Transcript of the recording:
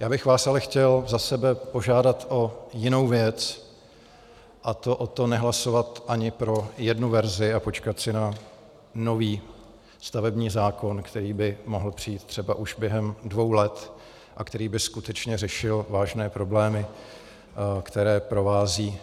Já bych vás ale chtěl za sebe požádat o jinou věc, a to o to nehlasovat ani pro jednu verzi a počkat si na nový stavební zákon, který by mohl přijít třeba už během dvou let a který by skutečně řešil vážné problémy, které provázejí